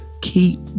Keep